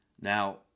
Now